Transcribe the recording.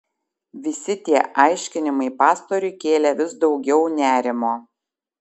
visi tie aiškinimai pastoriui kėlė vis daugiau nerimo